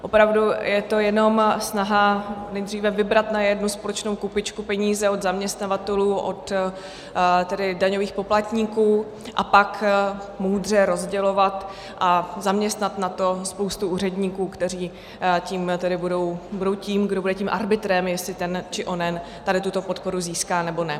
Opravdu je to jenom snaha nejdříve vybrat na jednu společnou kupičku peníze od zaměstnavatelů, tedy od daňových poplatníků, a pak moudře rozdělovat a zaměstnat na to spoustu úředníků, kteří budou tím, kdo bude tím arbitrem, jestli ten či onen tady tuto podporu získá, nebo ne.